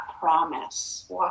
promise